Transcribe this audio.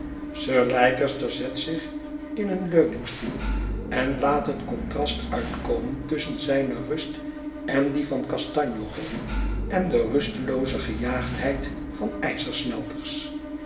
sir leicester zet zich in een leuningstoel en laat het contrast uitkomen tusschen zijne rust en die van kastanje hof en de rustelooze gejaagdheid van